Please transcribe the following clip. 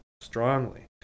strongly